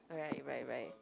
right right right